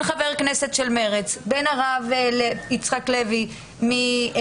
חבר כנסת של מרצ עם הרב יצחק לוי מהמפד"ל,